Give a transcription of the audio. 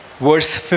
Verse